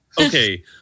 Okay